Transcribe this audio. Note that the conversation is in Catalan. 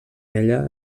ella